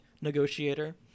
negotiator